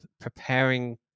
preparing